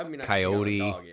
coyote